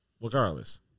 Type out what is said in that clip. Regardless